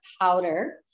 powder